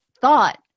thought